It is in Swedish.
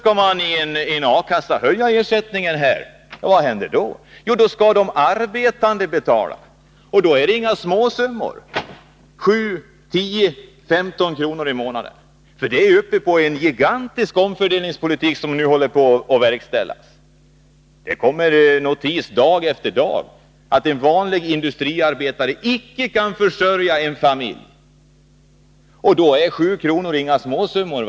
Vad händer om A-kasseersättningen höjs? Jo, då skall de arbetande betala. Och då är det inte fråga om några småsummor — 7, 10, 15 kr. i månaden. Det är en gigantisk omfördelningspolitik som nu håller på att verkställas. Det kommer notiser dag efter dag om att en vanlig industriarbetare icke kan försörja en familj. Då är 7 kr. varje månad inga småsummor.